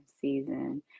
season